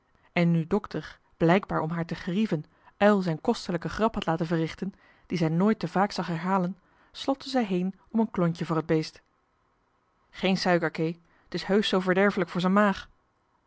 en nu dokter blijkbaar om haar te gerieven uil zijn kostelijke grap had laten verrichten die zij nooit te vaak zag herhalen slofte zij heen om een klontje voor t beest geen suiker kee t is heusch zoo verderfelijk voor z'en maag